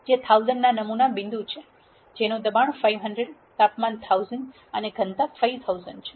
જે 1000 ના નમૂના બિંદુ છે જેનું દબાણ 500 તાપમાન 1000 અને ઘનતા 5000 છે